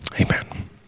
Amen